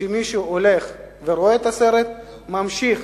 שמישהו הולך ורואה את הסרט, ממשיך